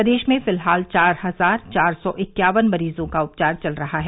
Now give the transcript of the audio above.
प्रदेश में फिलहाल चार हजार चार सौ इक्यावन मरीजों का उपचार चल रहा है